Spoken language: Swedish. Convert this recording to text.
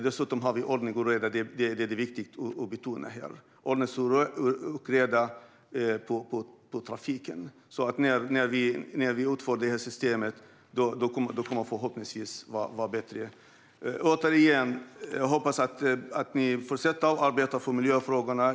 Det är viktigt att betona att vi vill ha ordning och reda på trafiken. När vi genomför detta system kommer det förhoppningsvis att bli bättre. Jag hoppas som sagt att ni fortsätter att arbeta för miljöfrågorna.